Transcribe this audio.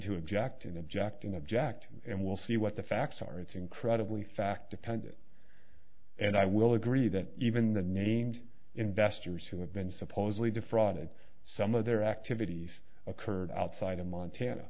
to object in objecting object and we'll see what the facts are it's incredibly fact dependent and i will agree that even the names investors who have been supposedly defrauded some of their activities occurred outside of montana